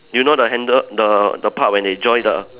you know the handle the the part where they join the